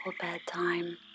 Bedtime